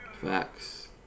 facts